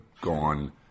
gone